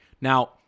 Now